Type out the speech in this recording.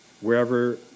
wherever